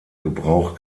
gebrauch